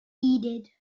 heeded